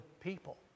people